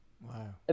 Wow